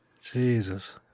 Jesus